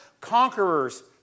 Conquerors